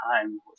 time